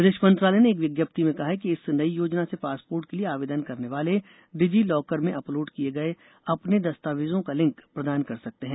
विदेश मंत्रालय ने एक विज्ञप्ति में कहा कि इस नई योजना से पासपोर्ट के लिए आवेदन करने वाले डिजी लॉकर में अपलोड किए गए अपने दस्तावेजों का लिंक प्रदान कर सकते हैं